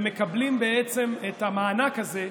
ומקבלים בעצם את המענק הזה,